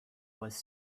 was